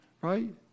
right